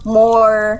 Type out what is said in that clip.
more